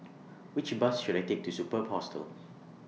Which Bus should I Take to Superb Hostel